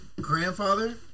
grandfather